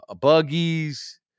buggies